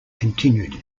continued